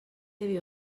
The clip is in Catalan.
havia